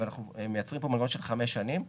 ואנחנו מייצרים פה מנגנון של חמש שנים,